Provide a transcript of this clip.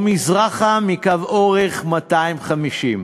או מזרחה מקו אורך 250,